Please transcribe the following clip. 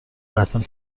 قطعا